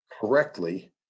correctly